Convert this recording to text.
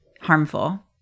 harmful